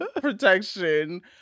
protection